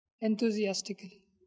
enthusiastically